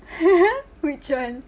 which one